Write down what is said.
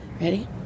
Ready